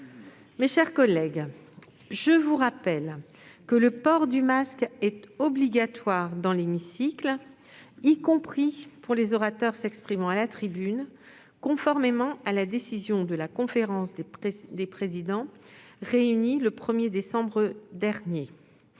Mes chers collègues, je vous rappelle que le port du masque est obligatoire dans l'hémicycle, y compris pour les orateurs s'exprimant à la tribune, conformément à la décision de la conférence des présidents réunie le 1 décembre dernier.